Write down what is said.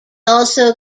also